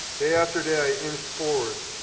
day after day i inched forward.